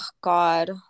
God